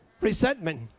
Resentment